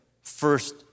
first